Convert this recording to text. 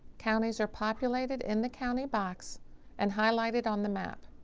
counties are populated in the county box and highlighted on the map.